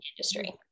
industry